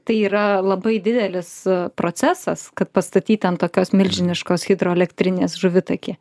tai yra labai didelis procesas kad pastatyti ant tokios milžiniškos hidroelektrinės žuvitakį